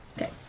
Okay